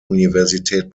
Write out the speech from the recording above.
universität